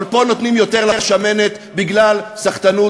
אבל פה נותנים יותר לשמנת בגלל סחטנות